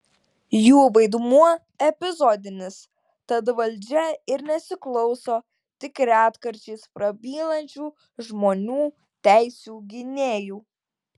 jų vaidmuo epizodinis tad valdžia ir nesiklauso tik retkarčiais prabylančių žmonių teisių gynėjų